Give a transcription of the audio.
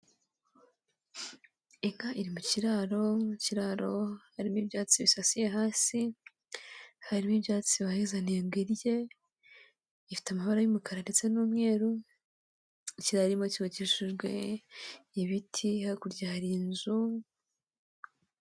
Inka iri mu kiraro, mu kiraro harimo ibyatsi bisasiye hasi, harimo ibyatsi bayizaniye ngo irye, ifite amabara y'umukara ndetse n'umweru, ikiraro irimo cyubakishijwe ibiti, hakurya hari inzu.